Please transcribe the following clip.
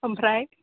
ओमफ्राय